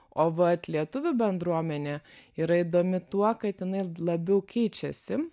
o vat lietuvių bendruomenė yra įdomi tuo kad jinai labiau keičiasi